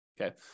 okay